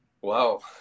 Wow